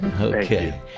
okay